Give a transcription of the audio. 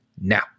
now